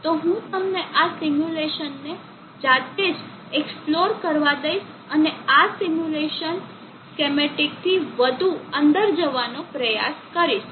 તો હું તમને આ સિમ્યુલેશનને જાતે જ એક્સપ્લોર કરવા દઇશ અને આ સિમ્યુલેશન સ્કેમેટીકથી વધુ અંદર જવાનો પ્રયાસ કરીશ